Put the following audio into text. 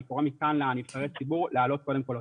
קורא מכאן לנבחרי הציבור להעלות קודם כל אותה.